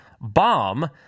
bomb